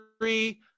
three